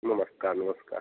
नमस्कार नमस्कार